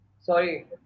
Sorry